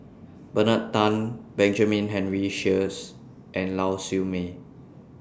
Bernard Tan Benjamin Henry Sheares and Lau Siew Mei